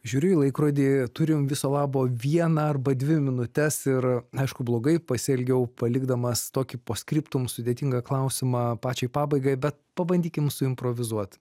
žiūriu į laikrodį turim viso labo vieną arba dvi minutes ir aišku blogai pasielgiau palikdamas tokį po skriptum sudėtingą klausimą pačiai pabaigai bet pabandykim suimprovizuot